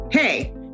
Hey